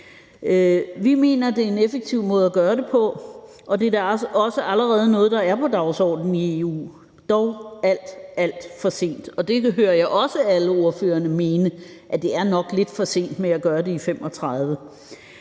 Vi mener, det er en effektiv måde at gøre det på, og det er også allerede noget, der er på dagsordenen i EU, dog alt, alt for sent. Det hører jeg også alle ordførerne mene, altså at det nok er lidt for sent at gøre det i 2035.